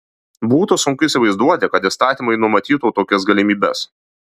būtų sunku įsivaizduoti kad įstatymai numatytų tokias galimybes